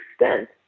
extent